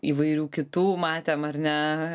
įvairių kitų matėm ar ne